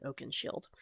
Oakenshield